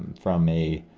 from a,